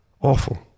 Awful